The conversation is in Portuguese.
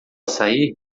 sair